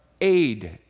Aid